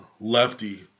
lefty